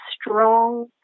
strong